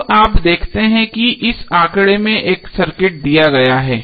अब आप देखते हैं कि इस आंकड़े में एक सर्किट दिया गया है